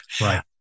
right